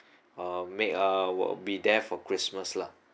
uh make a well be there for christmas lah